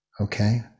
okay